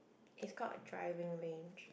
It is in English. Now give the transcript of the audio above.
is called a driving range